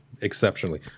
exceptionally